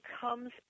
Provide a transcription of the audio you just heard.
comes